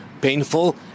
painful